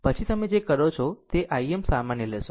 પછી તમે જે કરો છો તે Im સામાન્ય લેશો